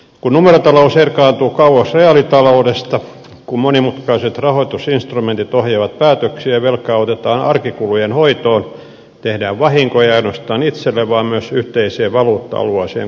kun numerotalous erkaantuu kauas reaalitaloudesta kun monimutkaiset rahoitusinstrumentit ohjaavat päätöksiä velkaa otetaan arkikulujen hoitoon tehdään vahinkoa ei ainoastaan itselle vaan myös yhteiseen valuutta alueeseen kuuluvuille naapureille